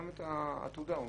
גם את העתודה הוא מאשר.